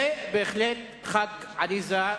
ובהחלט, ח"כ עליזה,